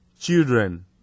children